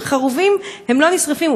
חרובים, הם לא נשרפים.